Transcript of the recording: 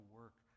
work